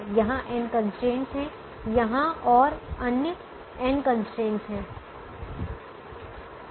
यहां n constraints हैं यहां और अन्य n कंस्ट्रेंटस हैं